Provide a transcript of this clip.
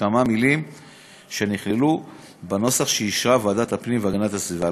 כמה מילים שנכללו בנוסח שאישרה ועדת הפנים והגנת הסביבה.